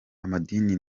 amadini